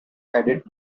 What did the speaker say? added